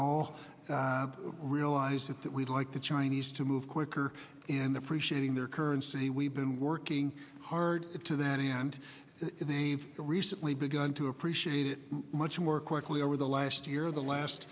all realize that that we'd like the chinese to move quicker and appreciating their currency we've been working hard to that and they've recently begun to appreciate it much more quickly over the last year the last